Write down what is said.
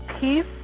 Peace